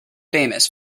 famous